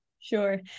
sure